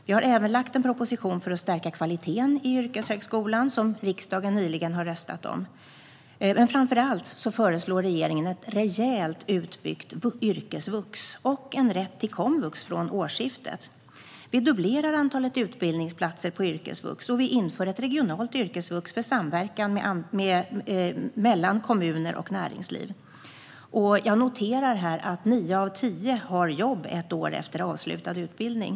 Vi har även lagt fram en proposition om att stärka kvaliteten i yrkeshögskolan, som riksdagen nyligen har röstat om. Framför allt föreslår regeringen ett rejält utbyggt yrkesvux och en rätt till komvux från årsskiftet. Vi dubblerar antalet utbildningsplatser på yrkesvux, och vi inför ett regionalt yrkesvux för samverkan mellan kommuner och näringsliv. Jag noterar att nio av tio har jobb ett år efter avslutad utbildning.